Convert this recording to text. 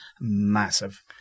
massive